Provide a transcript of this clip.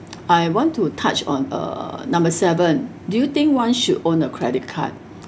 I want to touch on uh number seven do you think one should own a credit card